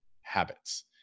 habits